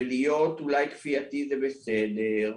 להיות אולי כפייתי זה בסדר,